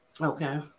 Okay